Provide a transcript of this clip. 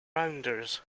rounders